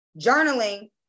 Journaling